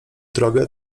drogę